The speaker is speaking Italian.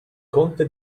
conte